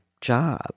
job